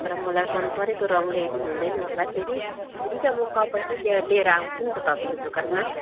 तर मलाई मन परेको रङ ल्याइदिनु हुँदैन होला फेरि हुन्छ म कपडा लिएर आउँछु नि त तपाईँको दोकानमा